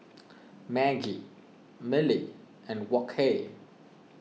Maggi Mili and Wok Hey